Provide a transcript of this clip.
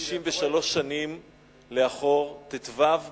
אתה רשאי, 63 שנים לאחור, ט"ו בסיוון,